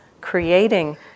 creating